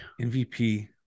MVP